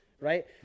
right